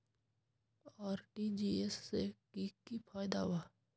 RTGS से की की फायदा बा?